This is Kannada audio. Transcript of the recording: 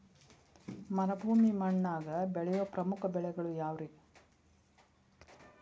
ಮರುಭೂಮಿ ಮಣ್ಣಾಗ ಬೆಳೆಯೋ ಪ್ರಮುಖ ಬೆಳೆಗಳು ಯಾವ್ರೇ?